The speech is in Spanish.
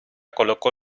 colocó